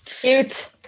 cute